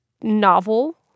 novel